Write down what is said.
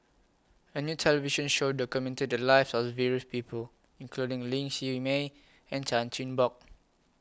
A New television Show documented The Lives of various People including Ling Siew May and Chan Chin Bock